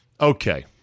okay